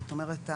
זאת אומרת,